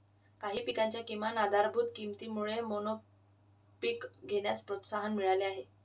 काही पिकांच्या किमान आधारभूत किमतीमुळे मोनोपीक घेण्यास प्रोत्साहन मिळाले आहे